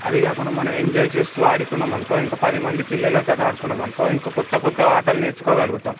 అదే కాకుండా మనం ఎంజాయ్ చేస్తూ ఆడుకున్నాము అనుకో ఇంకా పది మంది పిల్లలతో ఆడుకున్నాము అనుకో ద్వారా మనం ఇంకా క్రొత్త క్రొత్త ఆటలు నేర్చుకోగలుగుతాము